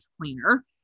cleaner